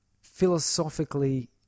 philosophically